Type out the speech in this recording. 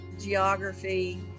geography